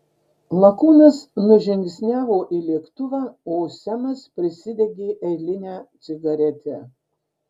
lakūnas nužingsniavo į lėktuvą o semas prisidegė eilinę cigaretę